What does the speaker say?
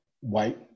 white